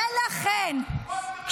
ולכן,